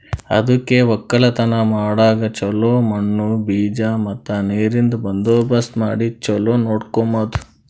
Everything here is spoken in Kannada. ಅದುಕೆ ಒಕ್ಕಲತನ ಮಾಡಾಗ್ ಚೊಲೋ ಮಣ್ಣು, ಬೀಜ ಮತ್ತ ನೀರಿಂದ್ ಬಂದೋಬಸ್ತ್ ಮಾಡಿ ಚೊಲೋ ನೋಡ್ಕೋಮದ್